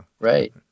Right